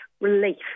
relief